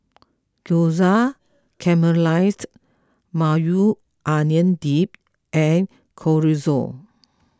Gyoza Caramelized Maui Onion Dip and Chorizo